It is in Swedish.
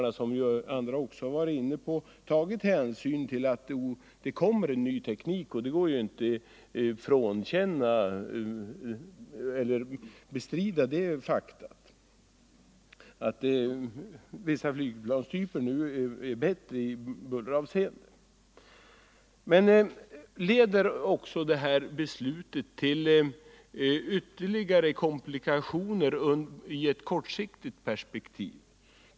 Det är ju ett faktum som inte går att bestrida att vi efter hand får flygplan som är avsevärt bättre i bulleravseende. Det har också andra talare redan varit inne på. Vidare frågar jag om det beslut som nu fattats leder till ytterligare komplikationer i ett kortsiktigt perspektiv.